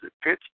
pitch